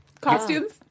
costumes